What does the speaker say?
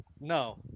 No